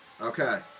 Okay